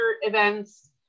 events